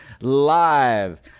live